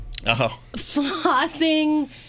Flossing